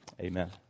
Amen